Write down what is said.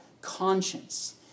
conscience